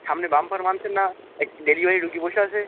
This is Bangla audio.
সামনে বাম্পার মানছেন না এক ডেলিভারির রোগী বসে আছে